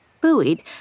Buoyed